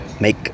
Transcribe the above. Make